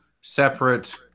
separate